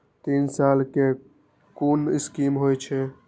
तीन साल कै कुन स्कीम होय छै?